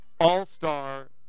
all-star